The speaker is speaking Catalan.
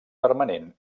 permanent